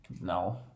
No